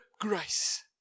grace